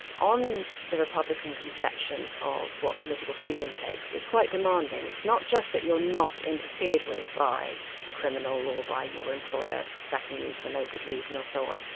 on the republican conception of what political freedom takes, it's quite demanding. it's not just that you're not interfered with by a criminal or by your employer sacking you for no good reason, or so on,